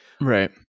Right